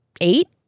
eight